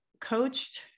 coached